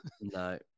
no